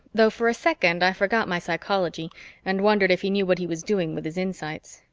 though for a second i forgot my psychology and wondered if he knew what he was doing with his insights.